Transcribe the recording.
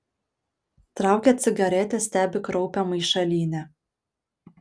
traukia cigaretę stebi kraupią maišalynę